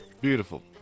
Beautiful